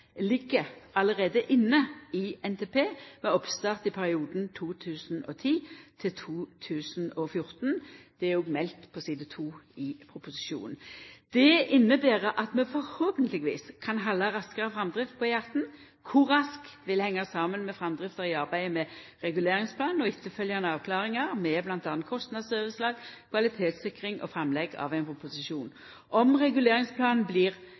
ligg allereie inne i NTP med oppstart i perioden 2010–2014. Det er òg meldt om det på side 2 i proposisjonen. Det inneber at vi forhåpentlegvis kan halda raskare framdrift på E18. Kor raskt vil hengja saman med framdrifta i arbeidet med reguleringsplan og dei etterfølgjande avklaringar med bl.a. kostnadsoverslag, kvalitetssikring og framlegg av ein proposisjon. Om reguleringsplanen blir